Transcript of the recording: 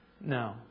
No